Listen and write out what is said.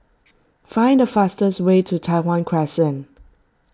find the fastest way to Tai Hwan Crescent